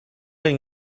kan